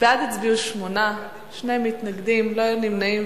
בעד הצביעו שמונה, שני מתנגדים, לא היו נמנעים.